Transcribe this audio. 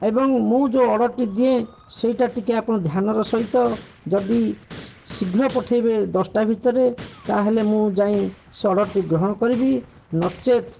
ଏବଂ ମୁଁ ଯୋଉ ଅର୍ଡ଼ର୍ଟି ଦିଏ ସେଇଟା ଟିକେ ଆପଣ ଧ୍ୟାନର ସହିତ ଯଦି ଶୀଘ୍ର ପଠେଇବେ ଦଶଟା ଭିତରେ ତାହାଲେ ମୁଁ ଯାଇ ସେ ଅର୍ଡ଼ର୍ଟି ଗ୍ରହଣ କରିବି ନଚେତ୍